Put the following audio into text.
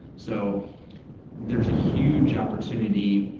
so there's a huge opportunity,